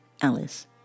Alice